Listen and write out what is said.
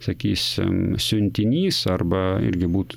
sakysim siuntinys arba irgi būtų